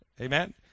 Amen